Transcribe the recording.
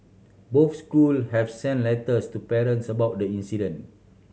both school have sent letters to parents about the incident